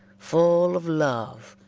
full of love,